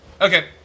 okay